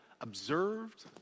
observed